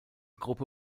gruppe